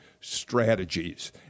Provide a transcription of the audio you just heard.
strategies